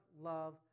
love